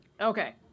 Okay